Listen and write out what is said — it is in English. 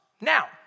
Now